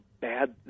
bad